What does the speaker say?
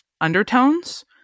undertones